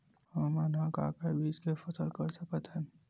हमन ह का का बीज के फसल कर सकत हन?